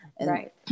right